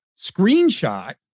screenshot